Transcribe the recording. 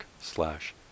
slash